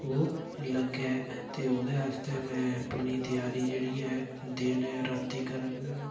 ओह् लग्गै ते ओह्दे आस्तै में पूरी त्यारी जेह्ड़ी ऐ दिनें रातीं करा करने